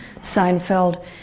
Seinfeld